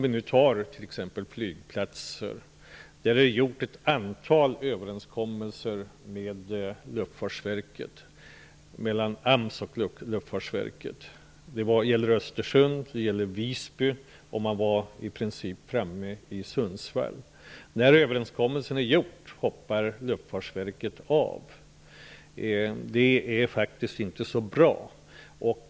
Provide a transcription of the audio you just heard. I fråga om flygplatser har det gjorts ett antal överenskommelser mellan AMS och Luftfartsverket. Det gäller Östersund, Visby och i princip Sundsvall. När överenskommelsen var klar hoppade Luftfartsverket av. Det är faktiskt inte så bra.